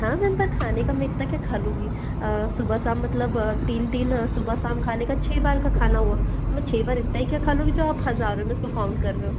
हाँ मैम पर खाने का मैं इतना क्या खा लूँगी सुबह शाम मतलब तीन दिन सुबह शाम खाने का छः बार का खाना हुआ तो मैं छः बार इतना ही क्या खा लूँगी जो आप हज़ारों में उसको काउंट कर रहे हो